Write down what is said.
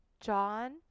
John